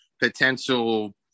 potential